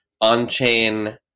on-chain